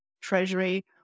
treasury